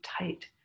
tight